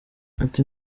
ati